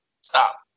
Stop